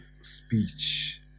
speech